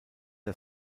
der